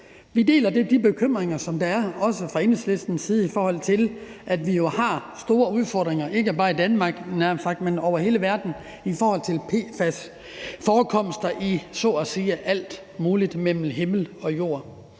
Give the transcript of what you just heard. Vi deler de bekymringer, der også er fra Enhedslistens side, i forhold til at vi jo har store udfordringer, ikke bare i Danmark, men over hele verden, med PFAS-forekomster i så at sige alt muligt mellem himmel og jord.